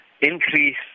increase